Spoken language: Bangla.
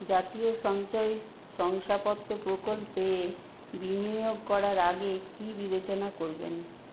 জাতীয় সঞ্চয় শংসাপত্র প্রকল্পে এ বিনিয়োগ করার আগে কী বিবেচনা করবেন